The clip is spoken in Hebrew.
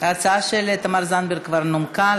ההצעה של תמר זנדברג כבר נומקה.